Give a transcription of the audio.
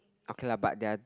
okay lah but they are